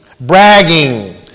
bragging